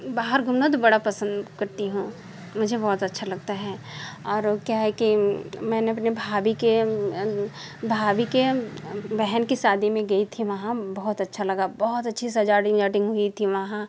बाहर घूमना तो बड़ा पसंद करती हूँ मुझे बोहोत अच्छा लगता है और वो क्या है कि मैंने अपने भाभी के भाभी के बहन की शादी में गई थी वहाँ बहुत अच्छा लगा बहुत अच्छी सजावटी वाटी हुई थी वहाँ